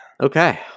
Okay